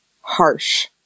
harsh